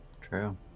True